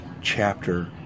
chapter